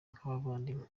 nk’abavandimwe